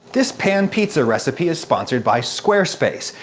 this pan pizza recipe is sponsored by squarespace,